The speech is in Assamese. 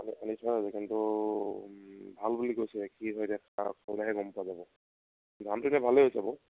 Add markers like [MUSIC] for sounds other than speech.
আনি থোৱা হৈছে কিন্তু ভাল বুলি কৈছে [UNINTELLIGIBLE] দামটো এতিয়া ভালেই হৈছে বাৰু